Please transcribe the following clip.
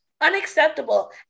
Unacceptable